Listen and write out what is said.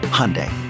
Hyundai